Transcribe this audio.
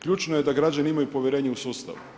Ključno je da građani imaju povjerenje u sustav.